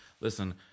Listen